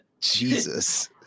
Jesus